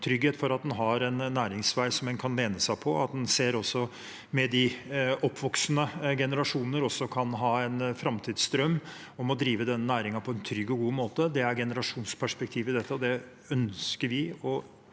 for at en har en næringsvei en kan lene seg på, og at de oppvoksende generasjoner også kan ha en framtidsdrøm om å drive denne næringen på en trygg og god måte. Det er generasjonsperspektivet i dette, og det ønsker vi å